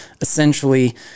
essentially